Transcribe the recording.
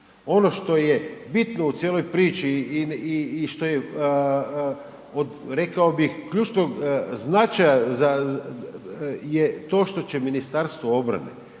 Ono što je bitno u cijeloj priči i, i, i što je, od rekao bih, ključnog značaja za, je to što će Ministarstvo obrane